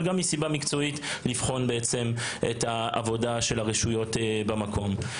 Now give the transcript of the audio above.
אבל גם מסיבה מקצועית כדי לבחון את עבודת הרשויות במקום.